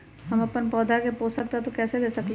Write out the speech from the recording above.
हम अपन पौधा के पोषक तत्व कैसे दे सकली ह?